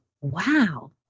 wow